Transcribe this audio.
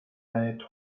eine